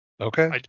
okay